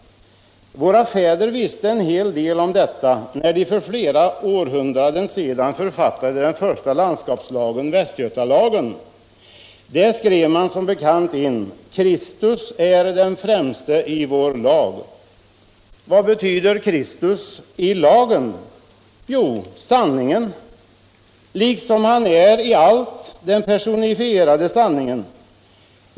Våra förfäder visste en hel del om detta när de för flera århundraden sedan författade den första landskapslagen, Västgötalagen. Där skrev man som bekant in: ”Kristus är den främste i vår lag”. Vad betyder då Kristus i lagen? Jo, Sanningen, liksom Han i allt är den personifierade sanningen.